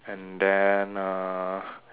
and then uh